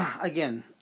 again